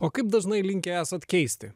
o kaip dažnai linkę esat keisti